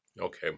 Okay